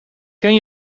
ken